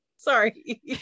sorry